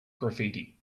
graffiti